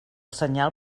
senyal